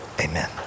Amen